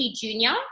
Junior